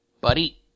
Buddy